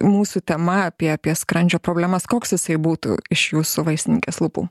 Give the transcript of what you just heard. mūsų tema apie apie skrandžio problemas koks jisai būtų iš jūsų vaistininkės lūpų